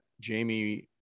jamie